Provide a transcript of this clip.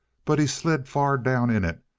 but he slid far down in it,